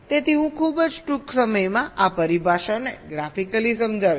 તેથી હું ખૂબ જ ટૂંક સમયમાં આ પરિભાષાઓને ગ્રાફિકલી સમજાવીશ